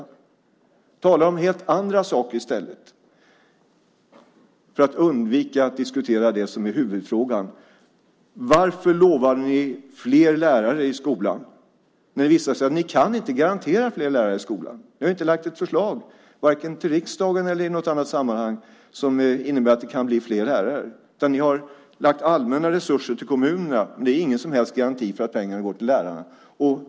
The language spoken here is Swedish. Man talar om helt andra saker i stället, för att undvika att diskutera det som är huvudfrågan. Varför lovade ni fler lärare i skolan när det visar sig att ni inte kan garantera fler lärare i skolan? Ni har inte lagt fram något förslag, vare sig till riksdagen eller i något annat sammanhang som innebär att det kan bli fler lärare. Ni har gett allmänna resurser till kommunerna. Men det är ingen som helst garanti för att pengarna går till lärare.